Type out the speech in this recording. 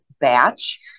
batch